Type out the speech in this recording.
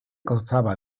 constaba